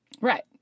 Right